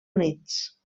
units